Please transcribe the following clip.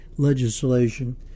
Legislation